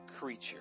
creature